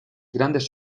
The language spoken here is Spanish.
grandes